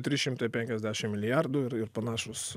trys šimtai penkiasdešimt milijardų ir ir panašūs